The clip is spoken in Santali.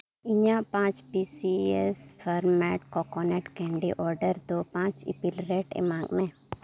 ᱤᱧᱟᱹᱜ ᱯᱟᱸᱪ pieces farm made coconut candy order ᱫᱚ ᱯᱟᱸᱪ ᱤᱯᱤᱞ ᱨᱮ ᱴ ᱮᱢᱟᱜ ᱢᱮ